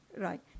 Right